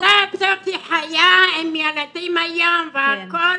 הילדה הזאת חיה, עם ילדים היום והכול,